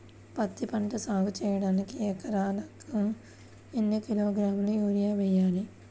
పత్తిపంట సాగు చేయడానికి ఎకరాలకు ఎన్ని కిలోగ్రాముల యూరియా వేయాలి?